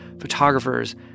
photographers